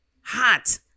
hot